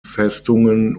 festungen